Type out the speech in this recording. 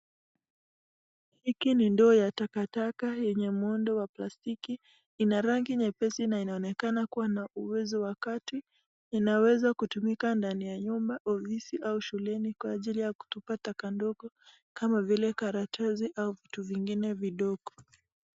Hiki ni ndoo ya takataka yenye muundo wa plastiki ina rangi nyepesi na inaonekana kuwa na uwezo wa kati. Inaweza kutumika ndani ya nyumba, ofisi au shuleni kwa ajili ya kutupa taka ndogo kama vile karatasi au vitu vingine vidogo.